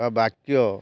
ବା ବାକ୍ୟ